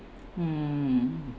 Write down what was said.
mm